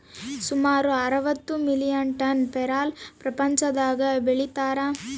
ಸುಮಾರು ಅರವತ್ತು million ton ಪೇರಲ ಪ್ರಪಂಚದಾಗ ಬೆಳೀತಾರ